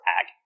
ag